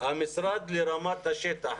המשרד לרמת השטח.